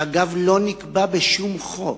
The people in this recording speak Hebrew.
שאגב לא נקבע בשום חוק,